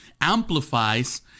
amplifies